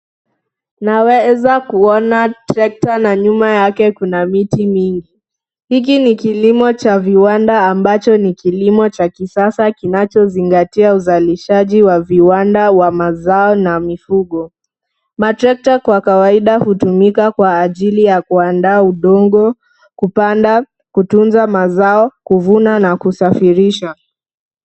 Naweza kuona trekta na nyuma yake kuna miti mingi, hiki ni kilimo cha viwanda ambacho ni kilimo cha kisasa kinachozingatia uzajilishaji wa viwanda wa mazao na mifugo, matrekta kwa kawaida hutumika kwa ajili ya kuandaa udongo, kupanda, kutunza mazao, kuvuna na kusafirisha.